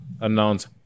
announce